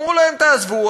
אמרו להם: תעזבו,